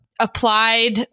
applied